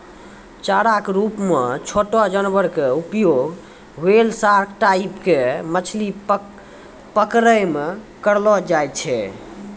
चारा के रूप मॅ छोटो जानवर के उपयोग व्हेल, सार्क टाइप के मछली पकड़ै मॅ करलो जाय छै